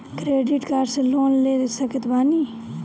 Credit card से loan ले सकत बानी?